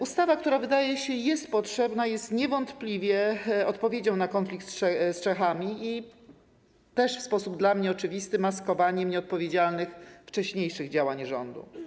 Ustawa, która - jak się wydaje - jest potrzebna, jest niewątpliwie odpowiedzią na konflikt z Czechami i w sposób dla mnie oczywisty maskowaniem nieodpowiedzialnych wcześniejszych działań rządu.